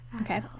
okay